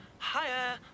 Higher